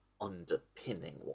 underpinning